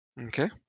Okay